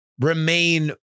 Remain